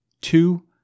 two